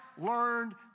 learned